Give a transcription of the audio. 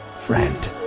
friend.